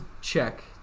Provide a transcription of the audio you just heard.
check